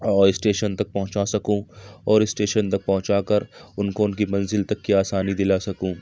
اور اسٹیشن تک پہنچا سکوں اور اسٹیشن تک پہنچا کر اُن کو اُن کی منزل تک کی آسانی دلا سکوں